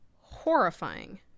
horrifying